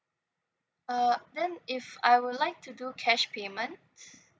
uh then if I would like to do cash payment